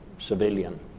civilian